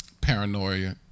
paranoia